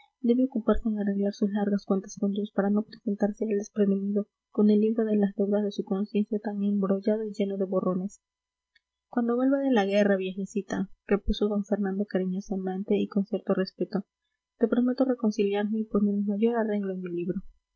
debe ocuparse en arreglar sus largas cuentas con dios para no presentarse a él desprevenido con el libro de las deudas de su conciencia tan embrollado y lleno de borrones cuando vuelva de la guerra viejecita repuso d fernando cariñosamente y con cierto respeto te prometo reconciliarme y poner el mayor arreglo en mi libro